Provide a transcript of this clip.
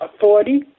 authority